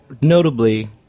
notably